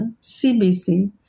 CBC